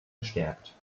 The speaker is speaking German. gestärkt